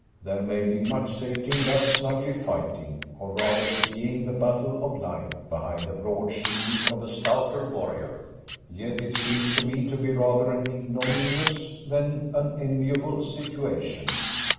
there may be much safety in thus snugly fighting, or rather seeing the battle of life, behind the broad shield of a stouter warrior yet it seems to me to be rather an ignominious than an enviable situation.